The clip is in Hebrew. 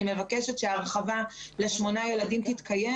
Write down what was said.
זה לא כלכלי ולכן אני מבקשת שההרחבה לשמונה ילדים תתקיים